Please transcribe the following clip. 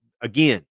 Again